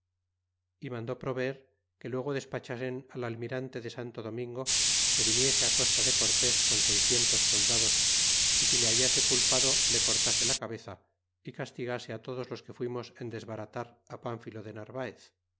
y mandó proveer que luego despachasen al almirante de santo domingo que viniese á costa de cortés con seiscientos soldados y si le hallase culpado le cortase la cabeza y castigase á todos los que fuimos en desbaratar pamphilo de narvaez